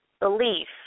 Belief